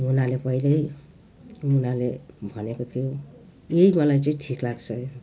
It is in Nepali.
मुनाले पहिल्यै मुनाले भनेको थियो यही मलाई चाहिँ ठिक लाग्छ